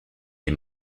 les